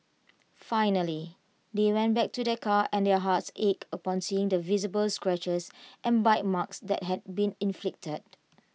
finally they went back to their car and their hearts ached upon seeing the visible scratches and bite marks that had been inflicted